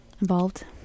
Involved